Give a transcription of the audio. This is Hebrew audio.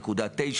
האם זו נקודה תשע?